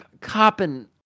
Copping